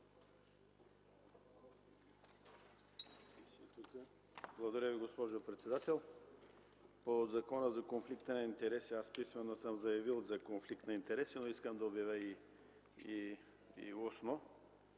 Благодаря Ви, госпожо председател. По Закона за конфликт на интереси писмено съм заявил за конфликт на интереси, но искам да обявя и устно: